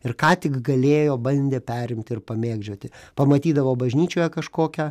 ir ką tik galėjo bandė perimti ir pamėgdžioti pamatydavo bažnyčioje kažkokią